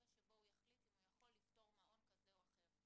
שבו הוא יחליט אם הוא יכול לפטור מעון כזה או אחר.